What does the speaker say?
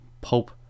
Pope